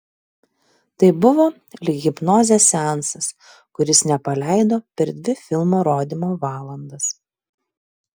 tai buvo lyg hipnozės seansas kuris nepaleido per dvi filmo rodymo valandas